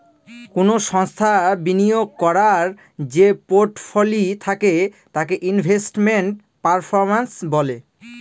কোনো সংস্থার বিনিয়োগ করার যে পোর্টফোলি থাকে তাকে ইনভেস্টমেন্ট পারফরম্যান্স বলে